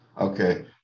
Okay